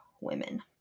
women